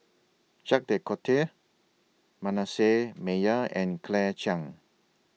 Jacques De Coutre Manasseh Meyer and Claire Chiang